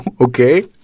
Okay